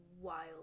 wild